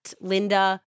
Linda